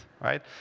right